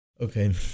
Okay